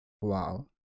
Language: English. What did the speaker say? wow